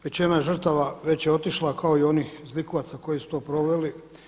Većina žrtava već je otišla kao i onih zlikovaca koji su to proveli.